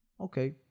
Okay